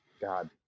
God